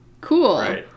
Cool